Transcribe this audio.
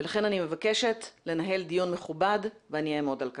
ולכן אני מבקשת לנהל דיון מכובד ואני אעמוד על כך.